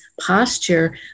posture